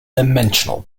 dimensional